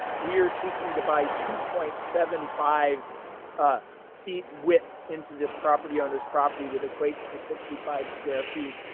we are seeking to buy two point seven five ah feet with into this property owners property that equates to sixty five square feet.